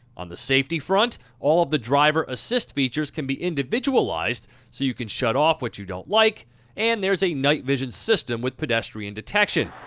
on the safety front, all of the driver assist features can be individualized so you can shut off what you don't like and there's a night vision system with pedestrian detection.